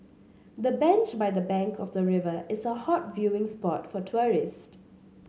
the bench by the bank of the river is a hot viewing spot for tourists